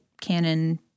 canon